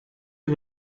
you